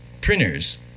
printers